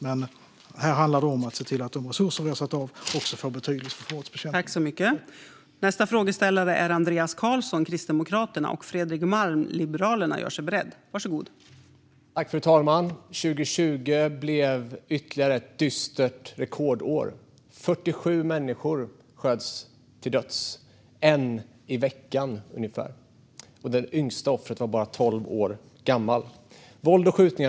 Men det handlar också om att se till att de resurser vi har satt av får betydelse för brottsbekämpningen.